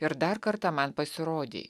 ir dar kartą man pasirodei